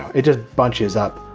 it just bunches up